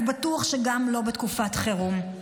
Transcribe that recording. אז בטוח שגם לא בתקופת חירום.